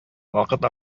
вакыт